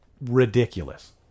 ridiculous